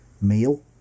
meal